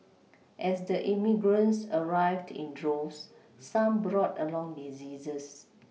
as the immigrants arrived in droves some brought along diseases